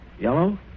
Yellow